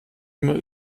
immer